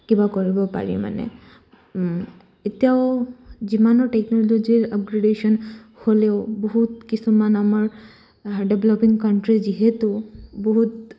কিবা কৰিব পাৰি মানে এতিয়াও যিমানৰ টেকন'ল'জিৰ আপগ্ৰেডেশ্যন হ'লেও বহুত কিছুমান আমাৰ ডেভলপিং কাণ্টি যিহেতু বহুত